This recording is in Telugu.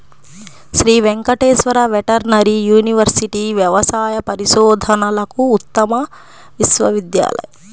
శ్రీ వెంకటేశ్వర వెటర్నరీ యూనివర్సిటీ వ్యవసాయ పరిశోధనలకు ఉత్తమ విశ్వవిద్యాలయం